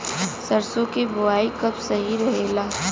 सरसों क बुवाई कब सही रहेला?